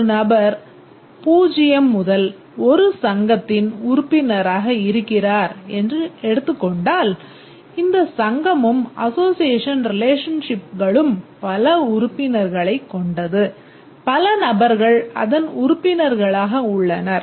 ஒரு நபர் 0 முதல் 1 சங்கத்தில் உறுப்பினராக இருக்கிறார் என்று எடுத்துக் கொண்டால் இந்த சங்கமும் அசோஸியேஷன் ரிலேஷன்ஷிப்களும் பல உறுப்பினர்களைக் கொண்டது பல நபர்கள் அதன் உறுப்பினர்களாக உள்ளனர்